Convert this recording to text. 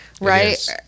right